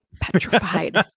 Petrified